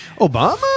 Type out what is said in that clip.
Obama